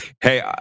Hey